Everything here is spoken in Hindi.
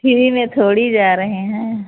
फ्री में थोड़ी जा रहे हैं